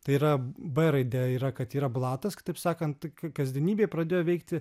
tai yra b raidė yra kad yra blatas kitaip sakant kasdienybėj pradėjo veikti